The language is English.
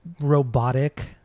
robotic